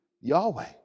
Yahweh